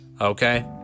okay